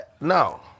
No